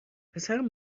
پسرم